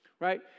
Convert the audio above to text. Right